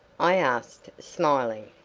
i asked, smiling.